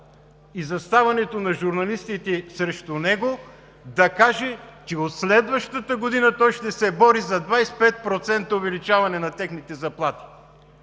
и заставането на журналистите срещу него, да каже, че от следващата година той ще се бори за 25% увеличаване на техните заплати?